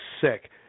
sick